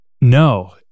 No